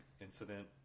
incident